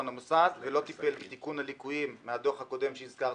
המוסד ולא טיפל בתיקון הליקויים מהדוח הקודם שהזכרתי,